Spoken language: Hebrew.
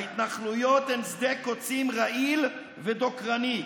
ההתנחלויות הן שדה קוצים רעיל ודוקרני.